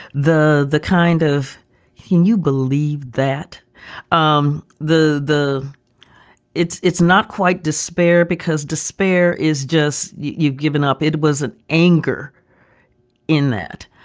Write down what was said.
the the kind of he knew believed that um the the it's it's not quite despair because despair is just you've given up. it was an anger in that,